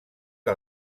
que